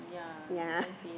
ya